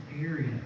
area